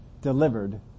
delivered